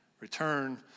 Return